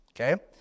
Okay